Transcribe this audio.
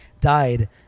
died